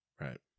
Right